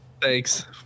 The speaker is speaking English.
Thanks